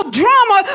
drama